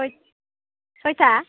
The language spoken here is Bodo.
सयता